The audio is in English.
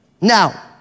Now